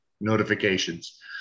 notifications